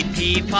ah da